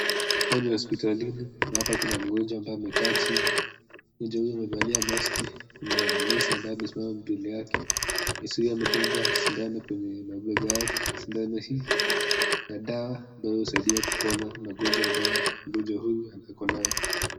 Hapa ni hosiptalini na hapa kuna mgonjwa ambaye amekaa chini, mgonjwa huyu amevalia maski, kuna nesi ambaye amesimama mbele yake. Nesi huyu amedunga sindano kwenye mabega yake, sindano hii ina dawa ambayo husaidia kuponya magonjwa ambayo mgonjwa huyu ako nayo.